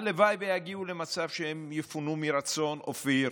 הלוואי שיגיעו למצב שהם יפונו מרצון, אופיר.